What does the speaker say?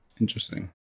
interesting